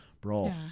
Bro